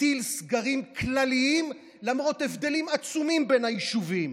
הטיל סגרים כלליים למרות הבדלים עצומים בין היישובים.